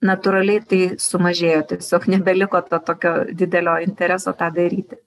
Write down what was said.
natūraliai tai sumažėjo tiesiog nebeliko to tokio didelio intereso tą daryti